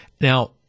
Now